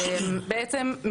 בעצם,